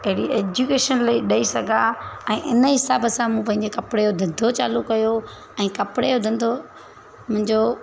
अहिड़ी एजुकेशन ले ॾेई सघां ऐं इन ई हिसाब सां मूं पंहिंजे कपिड़े जो धंधो चालू कयो ऐं कपिड़े जो धंधो मुंहिंजो